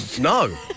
No